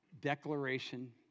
declaration